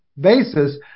basis